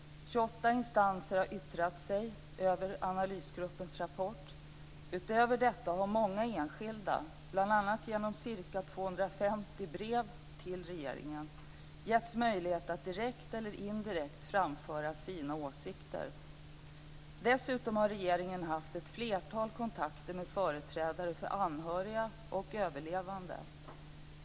28 instanser har yttrat sig över analysgruppens rapport. Utöver detta har många enskilda, bl.a. genom ca 250 brev till regeringen, getts möjlighet att direkt eller indirekt framföra sina åsikter. Dessutom har regeringen haft ett flertal kontakter med företrädare för anhöriga och överlevande.